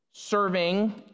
serving